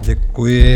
Děkuji.